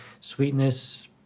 sweetness